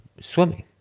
swimming